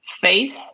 faith